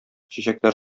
чәчәкләр